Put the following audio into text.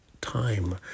time